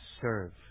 serve